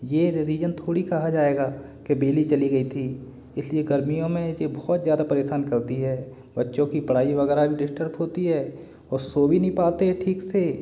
ये रीजन थोड़ी कहा जाएगा कि बिजली चली गई थी इसलिए गर्मियों में जे बहुत ज़्यादा परेशान करती है बच्चों की पढ़ाई वगैरह भी डिस्टर्प होती है और सो भी नहीं पाते ठीक से